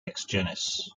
exegesis